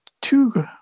two